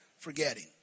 Forgetting